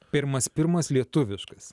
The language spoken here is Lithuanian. pirmas pirmas lietuviškas